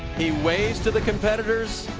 he waved to the competitors.